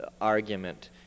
argument